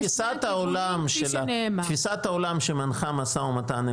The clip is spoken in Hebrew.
תפיסת העולם שמנחה משא ומתן,